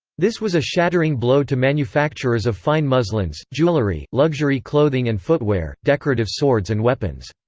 this was a shattering blow to manufacturers of fine muslins, jewellery, luxury clothing and footwear, decorative swords and weapons.